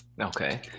Okay